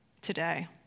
today